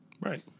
Right